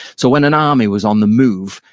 so when an army was on the move,